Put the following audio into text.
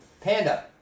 Panda